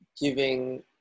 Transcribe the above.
giving